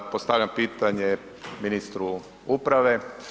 Postavljam pitanje ministru uprave.